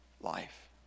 life